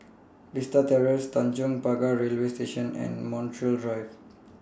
Vista Terrace Tanjong Pagar Railway Station and Montreal Drive